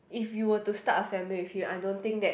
if you were to start a family with him I don't think that